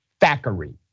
Thackeray